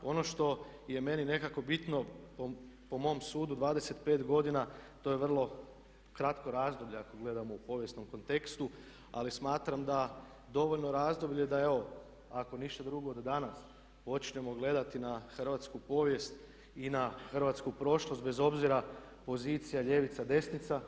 Ono što je meni nekako bitno po mom sudu 25 godina to je vrlo kratko razdoblje ako gledamo u povijesnom kontekstu, ali smatram da dovoljno razdoblje da evo ako ništa drugo da danas počnemo gledati na hrvatsku povijest i na hrvatsku prošlost bez obzira pozicija ljevica, desnica.